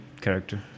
character